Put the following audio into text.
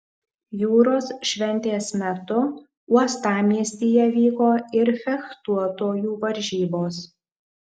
jūros šventės metu uostamiestyje vyko ir fechtuotojų varžybos